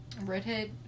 redhead